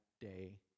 day